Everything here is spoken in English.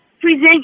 present